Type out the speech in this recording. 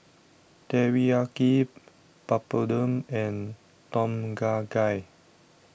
Teriyaki Papadum and Tom Kha Gai